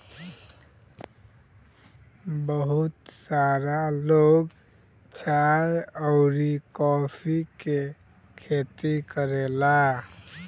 बहुत सारा लोग चाय अउरी कॉफ़ी के खेती करेला